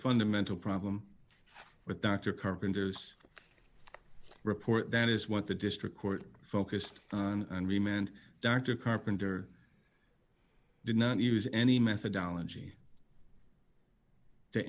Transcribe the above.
fundamental problem with dr carpenter's report that is what the district court focused on and remained dr carpenter did not use any methodology to